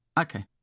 Okay